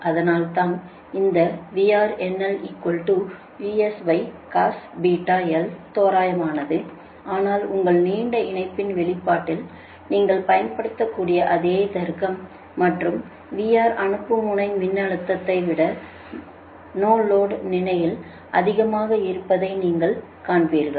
அதனால்தான் இந்த தோராயமானது ஆனால் உங்கள் நீண்ட இணைப்பின் வெளிப்பாட்டில் நீங்கள் பயன்படுத்தக்கூடிய அதே தர்க்கம் மற்றும் VR அனுப்பும் முனை மின்னழுத்தத்தை விட நோலோடு நிலையில் அதிகமாக இருப்பதை நீங்கள் காண்பீர்கள்